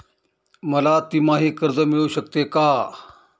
मला तिमाही कर्ज मिळू शकते का?